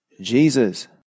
Jesus